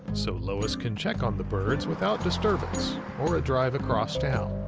so lois can check on the birds without disturbance or a drive across town.